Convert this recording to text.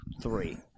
three